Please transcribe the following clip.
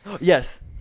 Yes